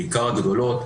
בעיקר הגדולות,